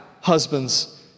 husbands